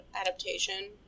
adaptation